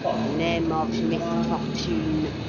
name of misfortune!